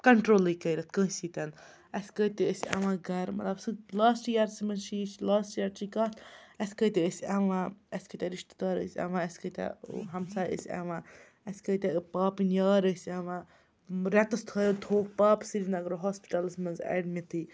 کَنٹرولٕے کٔرِتھ کٲنٛسہ سۭتۍ اَسہِ کۭتیاہ ٲسۍ اِوان گَرٕ مَطلب سُہ لاسٹ یِیَرسٕے منٛز چھِ یہِ لاسٹ یِیَرچ کَتھ اَسہِ کۭتیاہ ٲسۍ یِوان اَسہِ کۭتیاہ رِشتہٕ دار ٲسۍ اِوان اَسہِ کۭتیاہ ہَمساے ٲسۍ یِوان اَسہِ کۭتیاہ پاپٕنۍ یار ٲسۍ یِوان رٮ۪تَس تھٲیو تھووُکھ پاپہٕ سرینگرٕ ہاسپِٹَلَس منٛز ایڈمِٹٕے